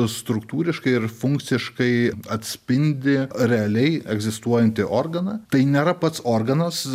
struktūriškai ir funkciškai atspindi realiai egzistuojanti organą tai nėra pats organas